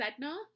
Sedna